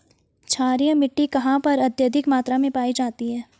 क्षारीय मिट्टी कहां पर अत्यधिक मात्रा में पाई जाती है?